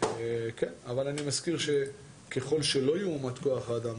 אבל אני מזכיר שככל שלא יועמד כוח האדם